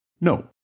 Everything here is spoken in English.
No